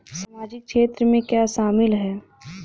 सामाजिक क्षेत्र में क्या शामिल है?